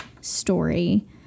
story